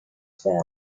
fell